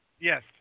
Yes